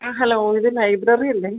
hello ഇത് ലൈബ്രറിയല്ലേ